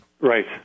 Right